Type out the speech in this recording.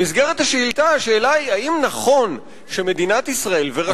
במסגרת השאילתא השאלה היא האם נכון שמדינת ישראל והרשויות שלה,